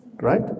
right